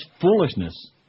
foolishness